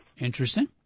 Interesting